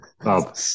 Bob